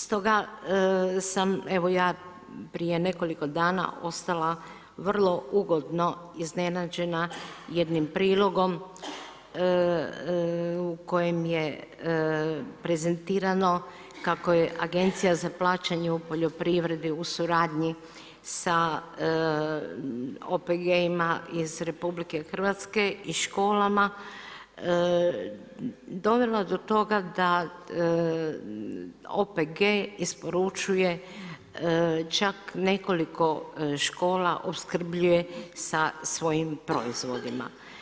Stoga sam evo ja prije nekoliko dana ostala vrlo ugodno iznenađena jednim prilogom u kojem je prezentirano kako je Agencija za plaćanje u poljoprivredi u suradnji sa OPG-ima iz RH i školama dovelo do toga da OPG isporučuje čak nekoliko škola opskrbljuje sa svojim proizvodima.